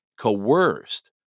coerced